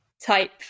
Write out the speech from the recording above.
type